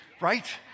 right